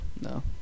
No